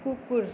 कुकुर